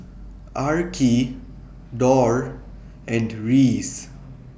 Arkie Dorr and Reece